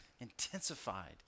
intensified